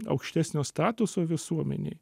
aukštesnio statuso visuomenėj